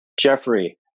Jeffrey